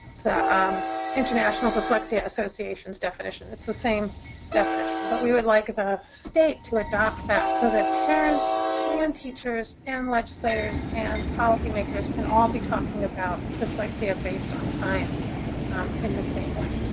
um international dyslexia association's definition. it's the same definition. but we would like the state to adopt that so that parents and teachers and legislators and policy-makers can all be talking about dyslexia based on science in the same way.